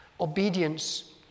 Obedience